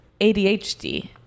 ADHD